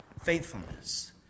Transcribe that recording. faithfulness